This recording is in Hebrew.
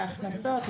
להכנסות,